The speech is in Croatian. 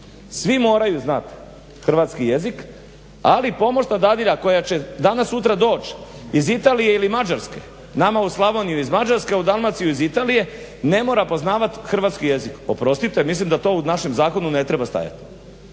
Svi moraju znati hrvatski jezik ali pomoćna dadilja koja će danas, sutra doć iz Italije ili Mađarske nama u Slavoniju, nama u Slavoniju iz Mađarske, a u Dalmaciju iz Italije, ne mora poznavati hrvatski jezik. Oprostite mislim da to u našemu zakonu ne treba stajati.